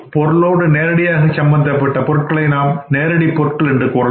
பொருளோடு நேரடியாக சம்பந்தப்பட்டுள்ள கச்சா பொருட்களை நாம் நேரடி பொருட்கள் என்று கூறலாம்